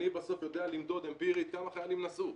אני בסוף יודע למדוד אמפירית כמה חיילים נסעו.